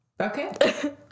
Okay